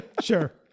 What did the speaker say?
Sure